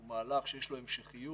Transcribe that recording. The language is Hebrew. הוא מהלך שיש לו המשכיות.